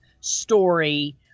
story